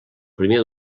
primer